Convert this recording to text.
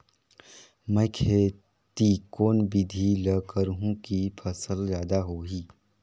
मै खेती कोन बिधी ल करहु कि फसल जादा होही